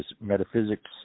metaphysics